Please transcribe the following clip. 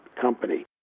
company